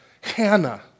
Hannah